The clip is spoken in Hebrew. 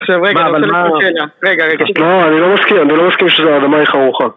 רגע, רגע, רגע לא, אני לא מסכים, אני לא מסכים שהאדמה היא חרוכה